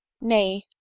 nay